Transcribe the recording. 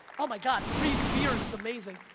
oh my god, three's beard is amazing!